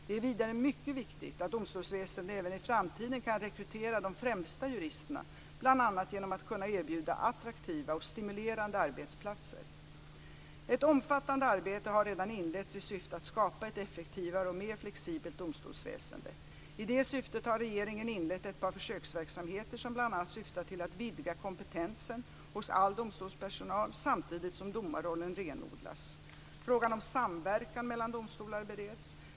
Det är vidare mycket viktigt att domstolsväsendet även i framtiden kan rekrytera de främsta juristerna bl.a. genom att kunna erbjuda attraktiva och stimulerande arbetsplatser. Ett omfattande arbete har redan inletts i syfte att skapa ett effektivare och mer flexibelt domstolsväsende. I det syftet har regeringen inlett ett par försöksverksamheter som bl.a. syftar till att vidga kompetensen hos all domstolspersonal samtidigt som domarrollen renodlas. Frågan om samverkan mellan domstolar bereds.